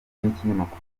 n’ikinyamakuru